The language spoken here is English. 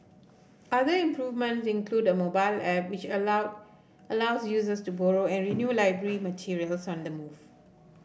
other improvement include a mobile app which allow allows users to borrow and renew library materials on the move